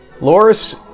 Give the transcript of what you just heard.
Loris